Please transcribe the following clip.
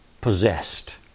possessed